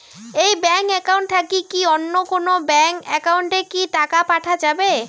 এই bank account থাকি কি অন্য কোনো ব্যাংক একাউন্ট এ কি টাকা পাঠা যাবে?